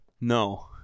No